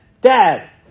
Dad